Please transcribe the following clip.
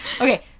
Okay